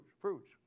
fruits